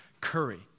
curry